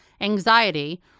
anxiety